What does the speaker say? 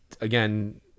again